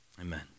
amen